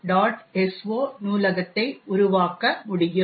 so நூலகத்தை உருவாக்க முடியும்